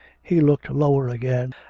he looked lower again,